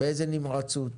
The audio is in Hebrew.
באיזו נמרצות,